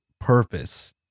purpose